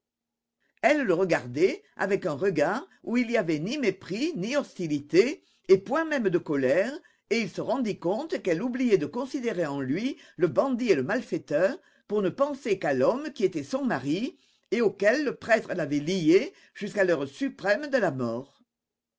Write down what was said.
elle le regardait avec un regard où il n'y avait ni mépris ni hostilité et point même de colère et il se rendit compte qu'elle oubliait de considérer en lui le bandit et le malfaiteur pour ne penser qu'à l'homme qui était son mari et auquel le prêtre l'avait liée jusqu'à l'heure suprême de la mort